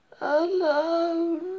alone